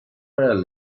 were